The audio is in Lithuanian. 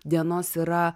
dienos yra